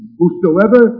whosoever